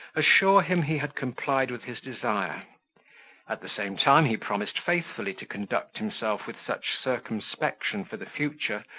assure him he had complied with his desire at the same time he promised faithfully to conduct himself with such circumspection for the future,